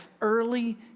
early